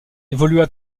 évolua